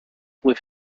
with